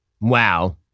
Wow